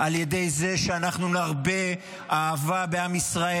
על ידי זה שאנחנו נרבה אהבה בעם ישראל,